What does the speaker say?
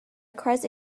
requires